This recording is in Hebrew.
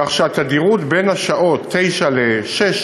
כך שהתדירות בשעות 09:00